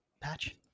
Patch